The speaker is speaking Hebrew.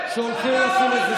אתה לא אוכל כשר.